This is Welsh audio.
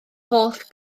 holl